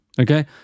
Okay